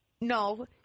No